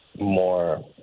more